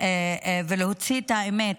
ולהוציא את האמת,